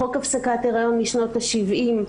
חוק הפסקת הריון משנות השבעים,